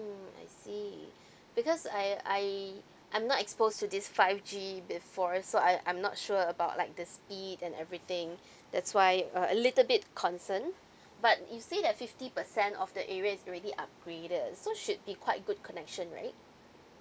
~(mm) I see because I I I'm not exposed to this five G before so I I'm not sure about like the speed and everything that's why uh a little bit concern but you say that fifty percent of the area is already upgraded so should be quite good connection right